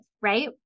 right